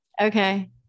Okay